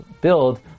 build